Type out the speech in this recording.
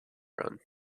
run